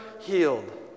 healed